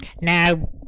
Now